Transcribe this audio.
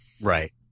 Right